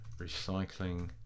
recycling